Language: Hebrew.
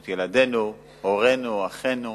בבריאות ילדינו, הורינו ואחינו.